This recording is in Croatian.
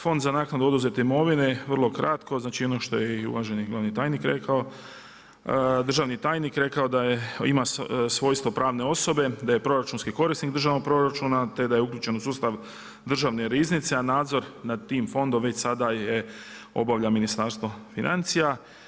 Fond za naknadu oduzete imovine, vrlo kratko, znači ono što je i uvaženi državni tajnik rekao da ima svojstvo pravne osobe, da je proračunski korisnik držanog proračuna te da je uključen u sustav Državne riznice, a nadzor nad tim fondom već sada obavlja Ministarstvo financija.